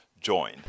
join